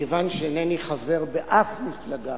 מכיוון שאינני חבר באף מפלגה,